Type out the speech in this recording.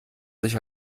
sich